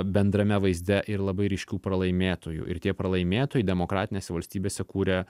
bendrame vaizde ir labai ryškių pralaimėtojų ir tie pralaimėtojai demokratinėse valstybėse kuria